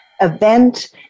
event